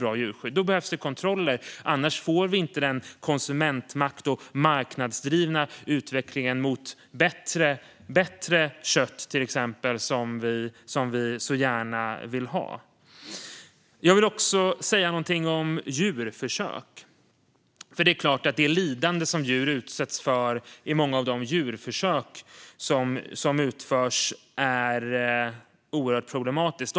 För det behövs kontroller, annars får vi inte den konsumentmakt och den marknadsdrivna utveckling för att få exempelvis bättre kött som vi så gärna vill ha. Jag vill även säga något om djurförsök. Det lidande som djur utsätts för i många av de djurförsök som utförs är oerhört problematiskt.